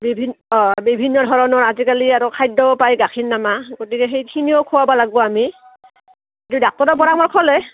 বিভিন্ন অঁ বিভিন্ন ধৰণৰ আজিকালি আৰু খাদ্যও পায় গাখীৰ নামা গতিকে সেইখিনিও খোৱাব লাগব আমি এই ডাক্তৰৰ পৰামৰ্শ লয়